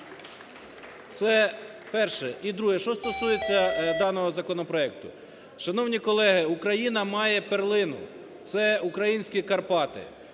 це перше. І друге, що стосується даного законопроекту. Шановні колеги, Україна має перлину – це українські Карпати.